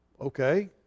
okay